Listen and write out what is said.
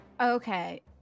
Okay